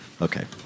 Okay